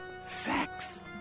sex